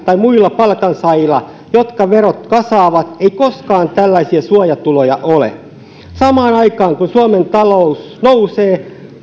tai muilla palkansaajilla jotka verot kasaavat ei koskaan tällaisia suojatuloja ole samaan aikaan kun suomen talous nousee